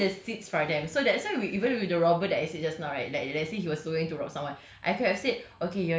then we plant the seeds for them so that's why we even with the robber that I said just now right like let's say he was going to rob someone